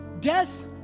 death